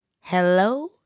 hello